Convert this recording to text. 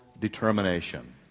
determination